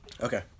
Okay